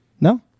No